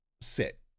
sit